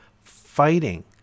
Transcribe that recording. fighting